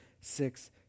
six